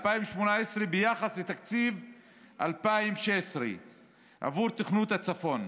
2018, ביחס לתקציב 2016 עבור תוכנית הצפון,